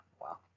Wow